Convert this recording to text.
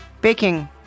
baking